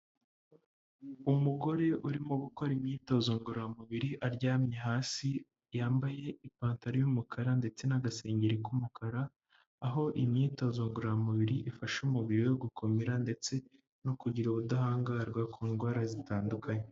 Umugore urimo gukora imyitozo ngororamubiri aryamye hasi yambaye ipantaro y'umukara ndetse n'agasengeri k'umukara, aho imyitozo ngororamubiri ifasha umubiri we gukomera ndetse no kugira ubudahangarwa ku ndwara zitandukanye.